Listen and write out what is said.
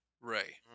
Ray